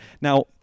Now